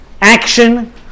Action